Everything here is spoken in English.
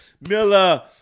Miller